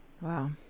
Wow